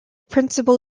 principal